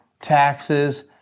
taxes